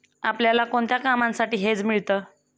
आपल्याला कोणत्या कामांसाठी हेज मिळतं?